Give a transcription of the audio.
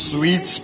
Sweet